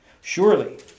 Surely